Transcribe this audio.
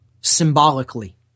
symbolically